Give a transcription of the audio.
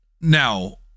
Now